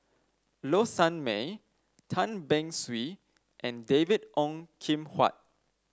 Low Sanmay Tan Beng Swee and David Ong Kim Huat